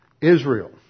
Israel